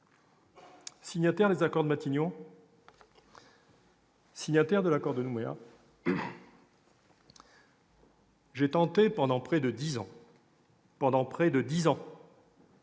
Signataire des accords de Matignon, signataire de l'accord de Nouméa, j'ai tenté pendant près de dix ans- oui, dix ans